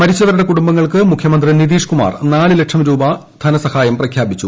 മരിച്ചവരുടെ കുടുംബങ്ങൾക്ക് മുഖ്യമന്ത്രി നിതീഷ് കുമാർ നാല് ലക്ഷം രൂപ ധനസഹായം പ്രഖ്യാപിച്ചു